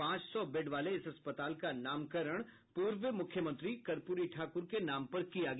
पांच सौ बेड वाले इस अस्पताल का नामकरण पूर्व मुख्यमंत्री कर्पूरी ठाकूर के नाम पर किया गया